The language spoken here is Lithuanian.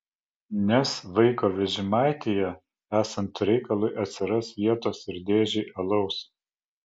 nes vaiko vežimaityje esant reikalui atsiras vietos ir dėžei alaus